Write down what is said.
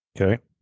Okay